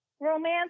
romance